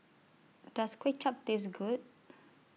Does Kuay Chap Taste Good